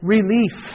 Relief